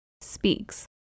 Speaks